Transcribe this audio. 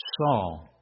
saw